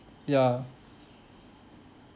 ya